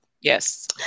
yes